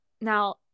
Now